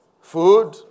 Food